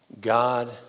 God